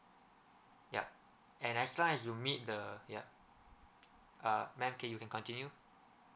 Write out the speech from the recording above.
yup and as long as you meet the yup uh ma'am can you can continue